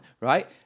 right